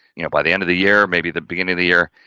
you know, by the end of the year, maybe the beginning of the year,